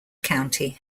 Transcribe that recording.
county